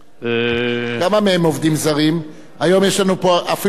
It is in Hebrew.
אפילו פועלי בניין אנחנו מביאים מסין ומרומניה.